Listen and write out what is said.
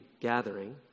gathering